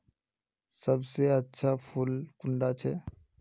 सबसे अच्छा फुल कुंडा छै?